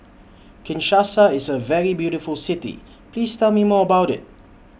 Kinshasa IS A very beautiful City Please Tell Me More about IT